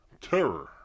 terror